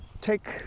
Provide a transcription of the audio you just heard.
take